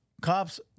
Cops